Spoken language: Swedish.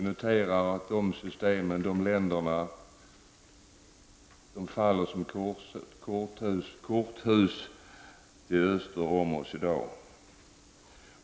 Dessa system faller i dag som korthus i länderna öster om Sverige.